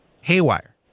haywire